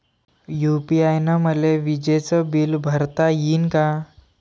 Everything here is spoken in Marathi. यू.पी.आय न मले विजेचं बिल भरता यीन का?